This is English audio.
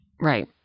Right